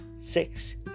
six